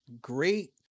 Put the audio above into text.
Great